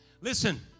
listen